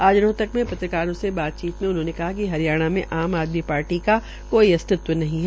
आज रोहतक में पत्रकारों से बातचीत में उन्होंने कहा कि हरियाणा में आम आदमी पार्टी का काई अस्तित्व नहीं है